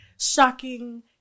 shocking